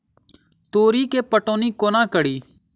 तोरी केँ पटौनी कोना कड़ी?